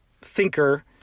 thinker